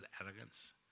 arrogance